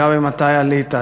גבי, מתי עלית?